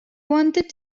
wanted